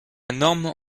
norme